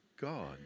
God